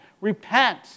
repent